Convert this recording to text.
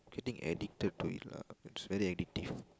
getting addicted to it lah it's very addictive